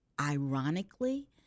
ironically